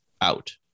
out